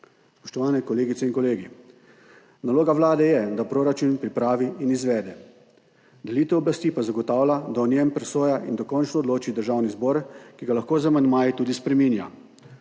Spoštovane kolegice in kolegi! Naloga vlade je, da proračun pripravi in izvede, delitev oblasti pa zagotavlja, da o njem presoja in dokončno odloči Državni zbor, ki ga lahko z amandmaji tudi spreminja.